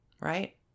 Right